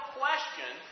question